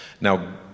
Now